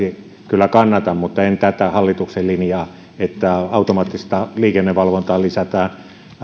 kyllä kannatan mutta en kannata tätä hallituksen linjaa että automaattista liikennevalvontaa lisätään